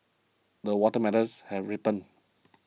the watermelons have ripened